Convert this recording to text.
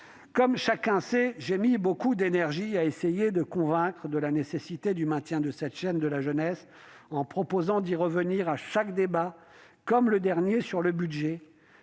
que chacun le sait, j'ai mis beaucoup d'énergie à essayer de convaincre de la nécessité du maintien de cette chaîne de la jeunesse en proposant d'y revenir à chaque débat, comme lors du dernier budget.